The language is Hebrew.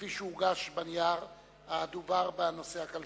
כפי שהוגש בנייר, דובר בנושא הכלכלי.